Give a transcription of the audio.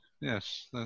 yes